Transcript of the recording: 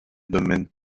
domaine